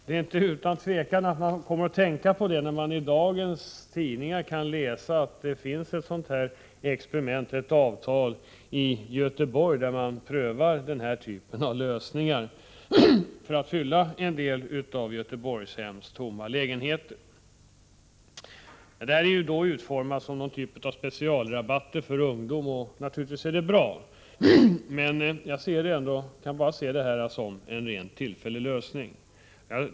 Det är inte utan att man kommer att tänka på sådant när man läser i dagens tidningar att det finns avtal om experiment i Göteborg där man provar denna typ av lösningar för att fylla en del av Göteborgshems tomma lägenheter. Detta är utformat som specialrabatter för ungdom. Det är naturligtvis bra, men jag kan bara se det som en rent tillfällig lösning.